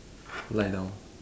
lie down